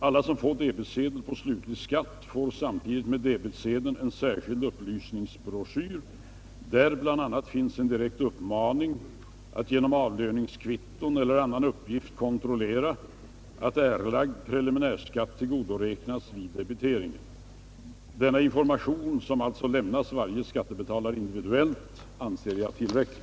Alla som får debetsedel på slutlig skatt erhåller samtidigt med debetsedeln en särskild upplysningsbroschyr, där bl.a. finns en direkt uppmaning att genom avlöningskvitton eller annan uppgift kontrollera att erlagd preliminär skatt tillgodoräknats vid debiteringen. Denna information, som alltså lämnas varje skattebetalare individuellt, anser jag tillräcklig.